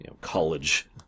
college